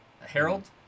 Harold